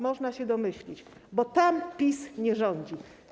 Można się domyślić, bo tam PiS nie rządzi.